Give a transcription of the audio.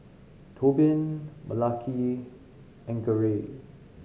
Tobin Malaki and Garey